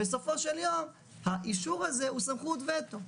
בסופו של יום האישור הזה הוא סמכות וטו.